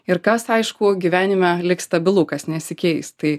ir kas aišku gyvenime lyg stabilu kas nesikeis tai